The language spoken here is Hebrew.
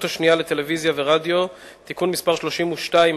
השנייה לטלוויזיה ורדיו (תיקון מס' 32),